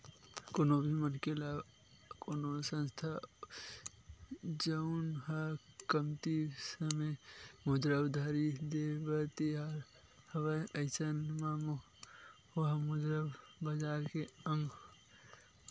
कोनो भी मनखे या कोनो संस्था जउन ह कमती समे मुद्रा उधारी देय बर तियार हवय अइसन म ओहा मुद्रा बजार के अंग होथे